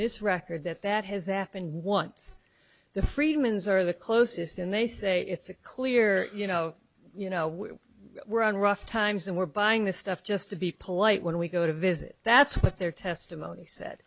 this record that that has happened once the friedmans or the closest and they say it's a clear you know you know we're on rough times and we're buying this stuff just to be polite when we go to visit that's what their testimony said